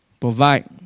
provide